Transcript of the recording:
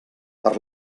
per